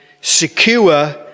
secure